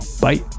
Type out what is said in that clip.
bye